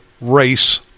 race